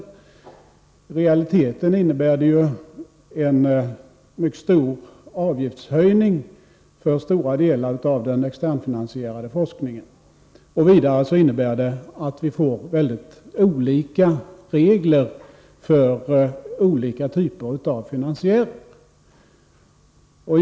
I realiteten innebär de en mycket kraftig avgiftshöjning för stora delar av den externfinansierade forskningen. Vidare leder ändringen till att vi får mycket olika regler för skilda typer av finansiärer.